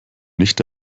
nicht